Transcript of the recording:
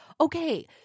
Okay